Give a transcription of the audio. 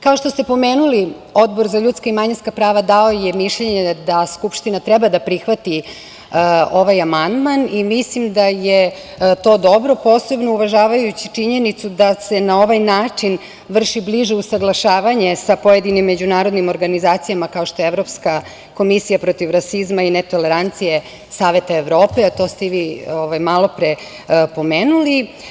Kao što ste pomenuli, Odbor za ljudska i manjinska prava dao je mišljenje da Skupština treba da prihvati ovaj amandman i mislim da je to dobro, posebno uvažavajući činjenicu da se na ovaj način vrši bliže usaglašavanje sa pojedinim međunarodnim organizacijama, kao što je Evropska komisija protiv rasizma i netolerancije Saveta Evrope, a to ste i vi malopre pomenuli.